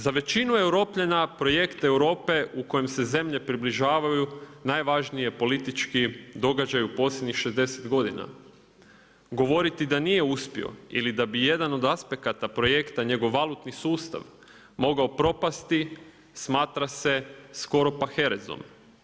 Za većinu Europljana projekt Europe u kojem se zemlje približavaju, najvažniji je politički događaj u posljednjih 60 g. Govoriti da nije uspio ili da bi jedan od aspekata projekta njegov valutni sustav mogao propasti smatra se skoro pa herezom.